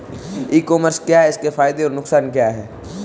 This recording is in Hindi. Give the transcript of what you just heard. ई कॉमर्स क्या है इसके फायदे और नुकसान क्या है?